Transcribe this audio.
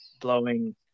blowing